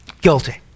guilty